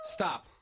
Stop